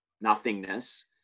nothingness